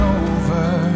over